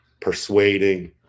persuading